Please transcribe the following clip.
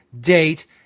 date